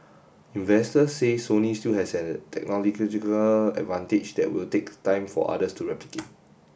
investors say Sony still has a technological advantage that will take time for others to replicate